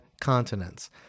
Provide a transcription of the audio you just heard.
continents